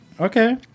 Okay